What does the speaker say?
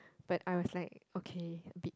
but I was like okay a bit